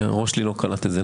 הראש שלי לא קלט את זה.